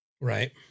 Right